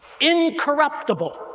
incorruptible